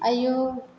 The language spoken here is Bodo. आयौ